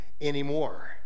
anymore